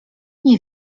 nie